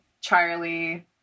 Charlie